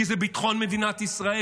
כי זה ביטחון מדינת ישראל,